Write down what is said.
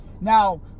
Now